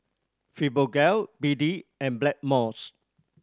Fibogel B D and Blackmores